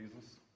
Jesus